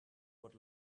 what